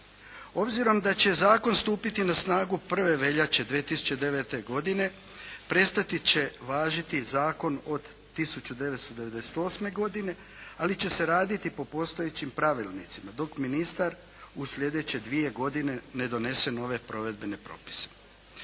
Obzirom da će zakon stupiti na snagu 1. veljače 2009. godine prestati će važiti Zakon od 1998. godine, ali će se raditi po postojećim pravilnicima dok ministar u sljedeće dvije godine ne donese nove provedbene propise.